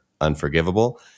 unforgivable